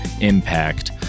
impact